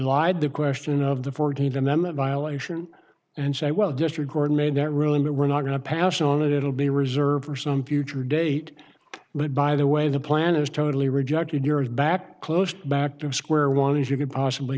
lied the question of the fourteenth amendment violation and say well district court made that ruling that we're not going to passion on it it will be reserved for some future date but by the way the plan is totally rejected years back close to back to square one as you could possibly